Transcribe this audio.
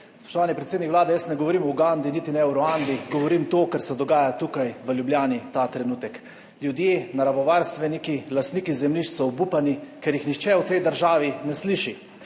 Spoštovani predsednik Vlade, jaz ne govorim o Ugandi, niti ne o Ruandi, govorim o tem, kar se dogaja tukaj v Ljubljani ta trenutek. Ljudje, naravovarstveniki, lastniki zemljišč so obupani, ker jih nihče v tej državi ne sliši.